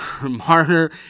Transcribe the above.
Marner